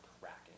cracking